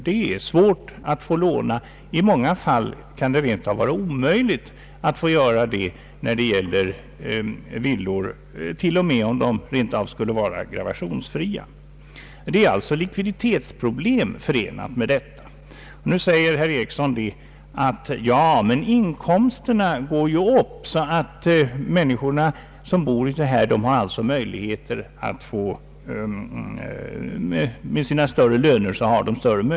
Det är svårt att få låna — i många fall kan det rent av vara omöjligt — när det gäller villor, till och med om de rent av skulle vara gravationsfria. Det är alltså likviditetsproblem förenat med detta. Nu säger herr John Ericsson: Ja, men inkomsterna stiger ju så att de människor som bor i dessa villor också får möjligheter att med sina större löner klara detta.